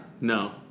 No